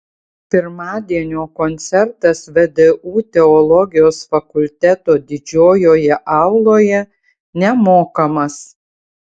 pirmadienio koncertas vdu teologijos fakulteto didžiojoje auloje nemokamas